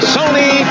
Sony